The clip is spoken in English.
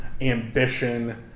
ambition